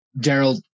Daryl